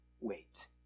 wait